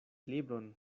libron